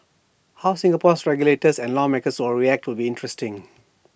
how Singapore's regulators and lawmakers will react will be interesting